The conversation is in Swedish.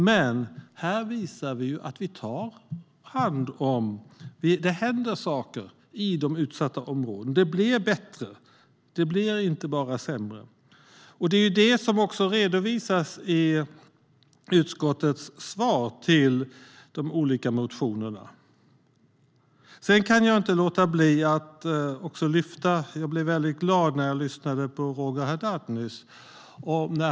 Men här visar vi att det händer saker i utsatta områden. Det blir bättre. Det blir inte bara sämre. Det redovisas också i utskottets svar på de olika motionerna. Sedan kan jag inte låta bli att lyfta fram att jag blev väldigt glad när jag lyssnade på Roger Haddad nyss.